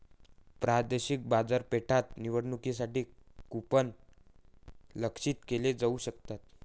प्रादेशिक बाजारपेठा निवडण्यासाठी कूपन लक्ष्यित केले जाऊ शकतात